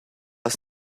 ist